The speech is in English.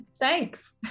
Thanks